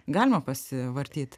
galima pasivartyt